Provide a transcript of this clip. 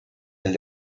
del